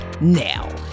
now